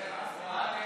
קושניר (יו"ר ועדת הכספים):